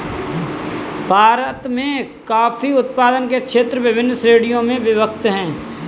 भारत में कॉफी उत्पादन के क्षेत्र विभिन्न श्रेणियों में विभक्त हैं